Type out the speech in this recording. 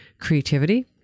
creativity